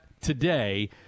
today